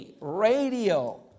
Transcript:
radio